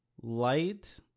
light